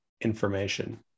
information